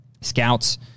scouts